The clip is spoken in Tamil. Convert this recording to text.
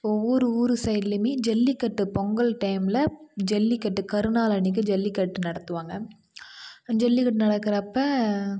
ஊர் ஊர் சைட்லியுமே ஜல்லிக்கட்டு பொங்கல் டைம்ல ஜல்லிக்கட்டு கருநாள் அன்னைக்கி ஜல்லிக்கட்டு நடத்துவாங்க ஜல்லிக்கட்டு நடக்கிறப்ப